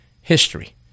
History